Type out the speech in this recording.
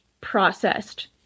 processed